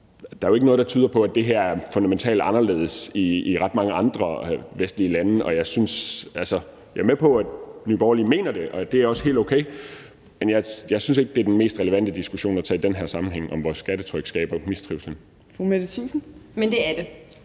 Der er jo ikke noget, der tyder på, at det her er fundamentalt anderledes i ret mange andre vestlige lande. Jeg er med på, at Nye Borgerlige mener det, og det er også helt okay, men jeg synes ikke, det er den mest relevante diskussion at tage i den her sammenhæng, altså om vores skattetryk skaber mistrivsel. Kl. 12:02 Tredje næstformand